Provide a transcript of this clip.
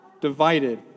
divided